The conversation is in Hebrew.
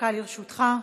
דקה לרשותך.